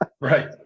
Right